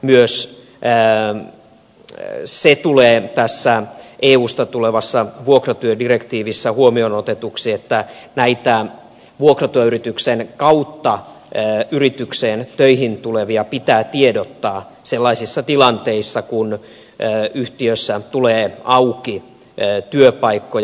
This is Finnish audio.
myös se tulee tässä eusta tulevassa vuokratyödirektiivissä huomioon otetuksi että näille vuokratyöyrityksen kautta yritykseen töihin tuleville pitää tiedottaa sellaisissa tilanteissa kun yhtiössä tulee auki työpaikkoja